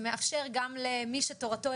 זה מאפשר גם למי שתורתו,